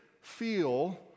feel